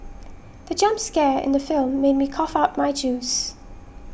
the jump scare in the film made me cough out my juice